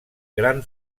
gran